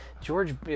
George